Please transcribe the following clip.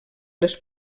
les